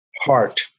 heart